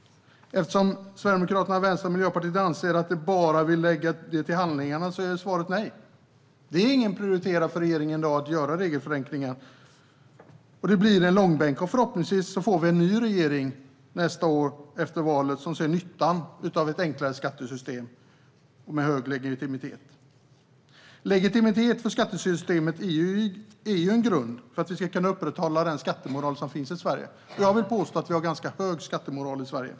Eftersom Socialdemokraterna, Vänstern och Miljöpartiet endast föreslår att lägga skrivelsen till handlingarna är väl svaret nej. Det är inte prioriterat för regeringen i dag att göra regelförenklingar. Det blir en långbänk. Förhoppningsvis får vi nästa år efter valet en ny regering som ser nyttan av ett enklare skattesystem med hög legitimitet. Legitimiteten för skattesystemet är en grund för att vi ska kunna upprätthålla den skattemoral som råder i Sverige. Jag vill påstå att vi har en ganska hög skattemoral i Sverige.